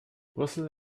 brüssel